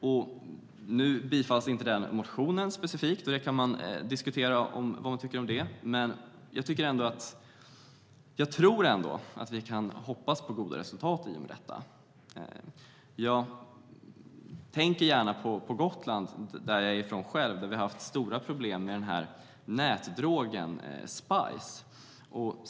Motionen bifalls inte, och det kan man diskutera vad man tycker om. Men jag hoppas ändå på goda resultat. Jag kommer från Gotland, där vi har haft stora problem med nätdrogen spice.